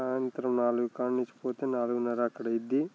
సాయంత్రం నాలుగు కాడ నుంచి పోతే నాలుగున్నర అక్కడ అవుతుంది